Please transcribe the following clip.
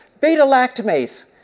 Beta-lactamase